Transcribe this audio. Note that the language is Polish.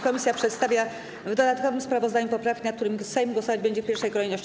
Komisja przedstawia w dodatkowym sprawozdaniu poprawki, nad którymi Sejm głosować będzie w pierwszej kolejności.